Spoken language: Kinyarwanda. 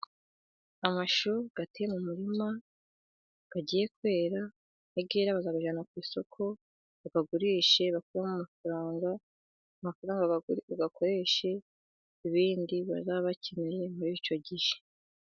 Amashu ateye mu murima agiye kwera, akera bakayajyana ku isoko bayagurishe bakuremo amafaranga, amafaranga bayakoreshe ibindi baba bakeneye muri icyo gihe.